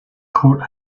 court